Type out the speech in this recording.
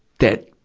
that,